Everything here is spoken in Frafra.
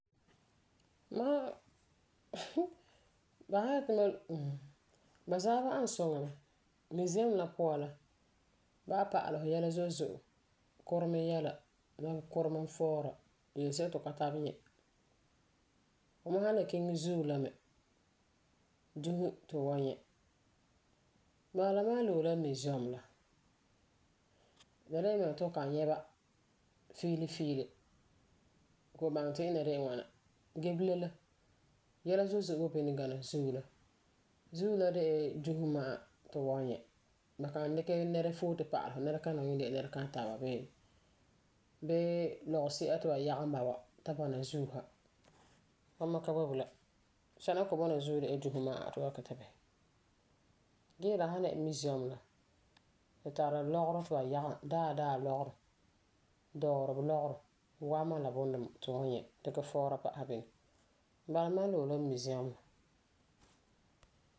Mam ba san yeti mam, hmmm, ba za'a waabi ani suŋa mɛ. Museum la puan la ba wan pa'alɛ fu yɛla zo'e zo'e. Kuremin yɛla, kuremin fɔɔra, yelesi'a ti fu ka tabelɛ nyɛ. Fu san le kiŋɛ zui la me, dusi ti fu wan nyɛ. Bala la mam loe la museum la. La de yelemɛŋɛrɛ ti fu kan nyɛ ba fiili filli kɔ'ɔm baŋɛ ti ba ŋwana gee bilam la, yɛla zo'e zo'e n boi bini gana zuu. Zuu la de la dusi ma'a ti fu wan nyɛ ge ba kan nɛra foore pa'alɛ fu, nɛrekana yuum de la nɛrekana taaba bee lɔgesi'a ti ba yagum ba wa ta bɔna zuu sa. Bama ka boi bilam. Sɛla n kɔ'ɔm bɔna zuu de la dusi ma'a ti fu wan bisɛ. Gee la san dɛna museum la, tu tari lɔgerɔ ti ba yagum. Daadaa lɔgerɔ, dɔɔrɔ lɔgerɔ, wama la bunduma ti fu wan nyɛ dikɛ fɔɔra pa'asɛ bini. Bala la mam wan loe la museum la.